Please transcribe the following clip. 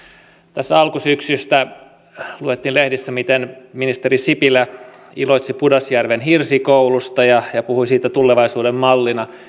tässä alkusyksystä luettiin lehdistä miten ministeri sipilä iloitsi pudasjärven hirsikoulusta ja ja puhui siitä tulevaisuuden mallina